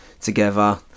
together